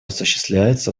осуществляется